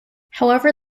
however